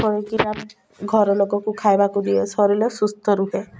ଖାଇକିନା ଘରଲୋକକୁ ଖାଇବାକୁ ଦିଏ ଶରୀର ସୁସ୍ଥ ରୁହେ